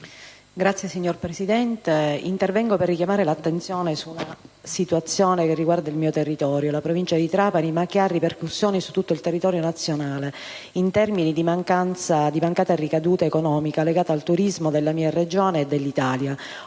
*(PD)*. Signora Presidente, intervengo per richiamare l'attenzione su una situazione che riguarda il mio territorio, la provincia di Trapani, ma che ha ripercussioni su tutto il territorio nazionale in termini di mancata ricaduta economica legata al turismo della mia Regione e dell'Italia,